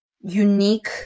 unique